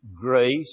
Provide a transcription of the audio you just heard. grace